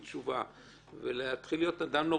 בתשובה ולהתחיל להיות אדם נורמטיבי,